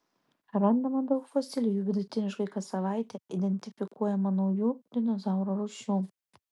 randama daug fosilijų vidutiniškai kas savaitę identifikuojama naujų dinozaurų rūšių